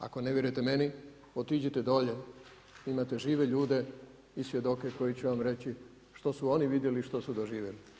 Ako ne vjerujete meni, otiđite dolje, imate žive ljude i svjedoke koji će vam reći, što su oni vidjeli i što su doživjeli.